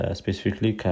specifically